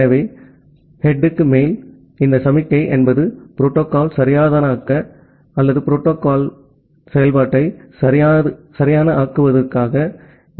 எனவே ஓவெர்ஹேட் இந்த சமிக்ஞை என்பது புரோட்டோகால் சரியானதாக்க அல்லது புரோட்டோகால்ன் செயல்பாட்டை சரியானதாக்குவதற்கு இது போன்றது